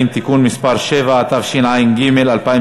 בעד 11, אין נמנעים, אין